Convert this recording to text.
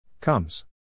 comes